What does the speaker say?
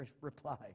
reply